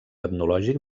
etnològic